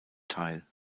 teil